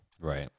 right